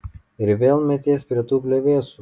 ir vėl meties prie tų plevėsų